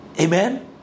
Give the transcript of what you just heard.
Amen